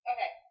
Okay